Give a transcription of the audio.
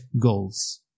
goals